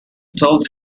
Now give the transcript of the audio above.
told